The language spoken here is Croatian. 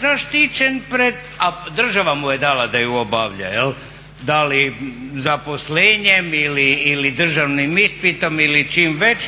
zaštićen pred, a država mu je dala da je obavlja jel', da li zaposlenjem ili državnim ispitom ili čim već,